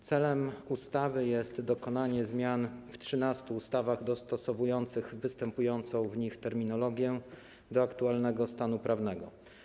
Celem ustawy jest dokonanie zmian w 13 ustawach, dostosowujących występującą w nich terminologię do aktualnego stanu prawnego.